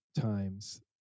times